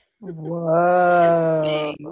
Whoa